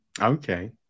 Okay